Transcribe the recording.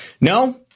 No